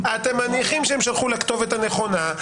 אתם מניחים שהם שלחו לכתובת הנכונה,